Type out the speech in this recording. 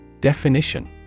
Definition